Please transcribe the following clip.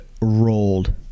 rolled